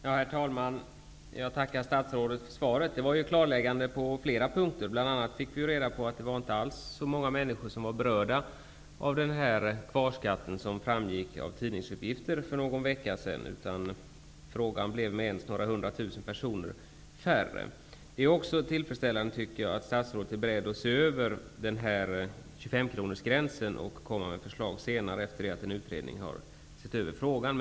Herr talman! Jag tackar statsrådet för svaret. Det var klarläggande på flera punkter. Bl.a. fick vi reda på att det inte alls var så många människor som var berörda av kvarskatten -- som framgick i tidningsuppgifter för någon vecka sedan. Frågan blev med ens några hundra tusen personer färre. Det är också tillfredsställande att statsrådet är beredd att ge en utredning i uppdrag att se över frågan om 25-kronorsgränsen och att senare lägga fram ett förslag.